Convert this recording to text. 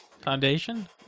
Foundation